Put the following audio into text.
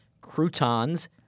croutons